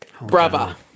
brava